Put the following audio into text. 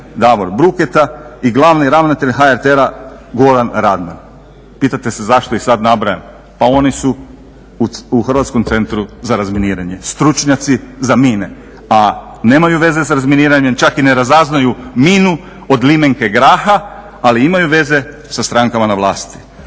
Davor Bruketa i glavni ravnatelj HRT-a Goran Radman. Pitate se zašto ih sad nabrajam? Pa oni su u Hrvatskom centru za razminiranje stručnjaci za mine, a nemaju veze sa razminiranjem. Čaki i ne razaznaju minu od limenke graha, ali imaju veze sa strankama na vlasti.